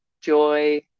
joy